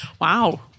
Wow